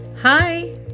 Hi